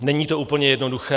Není to úplně jednoduché.